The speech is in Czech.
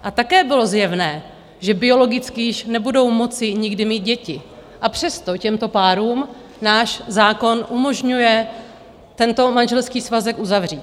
A také bylo zjevné, že biologicky již nebudou moci nikdy mít děti, a přesto těmto párům náš zákon umožňuje tento manželský svazek uzavřít.